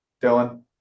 Dylan